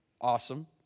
Awesome